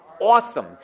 awesome